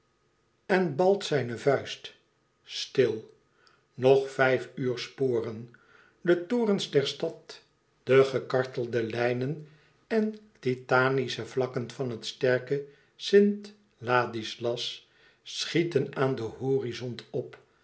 en balt zijn vuist stil nog vijf uur sporen de torens der stad de gekartelde lijnen en titanische vlakken van het sterke st ladislas schieten aan den horizont op